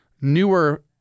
newer